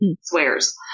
swears